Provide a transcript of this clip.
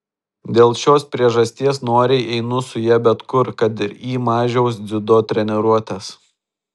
dėl šios priežasties noriai einu su ja bet kur kad ir į mažiaus dziudo treniruotes